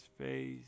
face